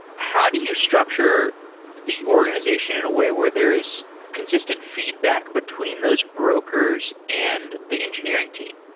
how do you structure the organization in a way where there is consistent feedback between those brokers and the engineering team?